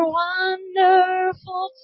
wonderful